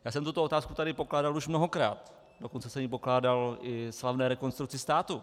Já jsem tuto otázku tady pokládal už mnohokrát, dokonce jsem ji pokládal i slavné Rekonstrukci státu.